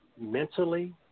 mentally